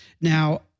Now